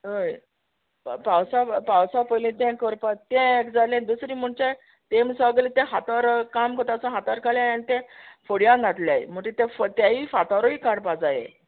हय पा पावसा पावसा पयली तें करपा तें एक जालें दुसरें म्हुणचे तेम सोगले ते हातोर काम कोत्ता आसतो हातोर काळ्याय आनी ते फोडयान घातल्याय म्हुणट ते फ तेय फातोरूय काडपा जाये